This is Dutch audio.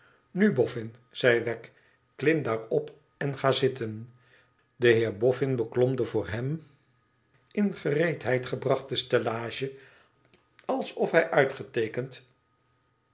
nu bof fin zei wegg tklim daar op en ga zitten de heer boffin beklom de voor hem in gereedheid gebrachte stellage alsof hij uitgeteekend